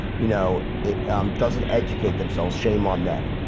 you know it doesn't educate themselves shame on them.